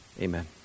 amen